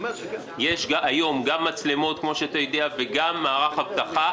יש היום גם מצלמות וגם מערך אבטחה.